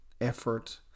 effort